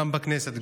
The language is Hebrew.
גם בכנסת,